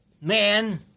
Man